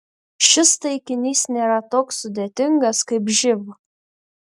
šis taikinys nėra toks sudėtingas kaip živ